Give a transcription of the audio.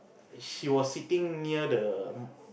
she was sitting near the